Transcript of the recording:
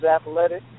athletic